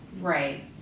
right